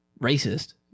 racist